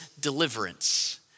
deliverance